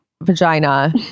vagina